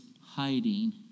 hiding